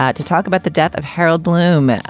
ah to talk about the death of harold bloom.